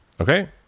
Okay